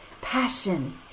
passion